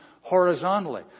horizontally